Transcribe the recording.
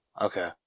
Okay